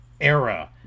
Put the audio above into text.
era